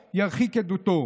זה גם הביא בסופו של דבר